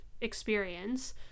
experience